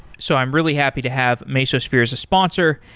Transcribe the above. so i'm really happy to have mesosphere as a sponsor,